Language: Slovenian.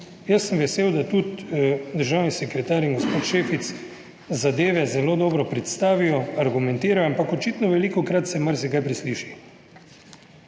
Jaz sem vesel, da tudi državni sekretar in gospod Šefic zadeve zelo dobro predstavijo, argumentirajo, ampak očitno velikokrat se marsikaj presliši.